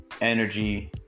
energy